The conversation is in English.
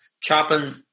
chopping